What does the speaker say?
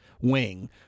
wing